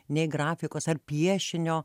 nei grafikos ar piešinio